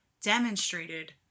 demonstrated